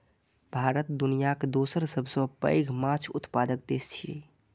भारत दुनियाक दोसर सबसं पैघ माछ उत्पादक देश छियै